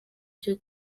cyo